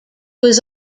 was